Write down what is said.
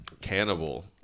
Cannibal